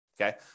okay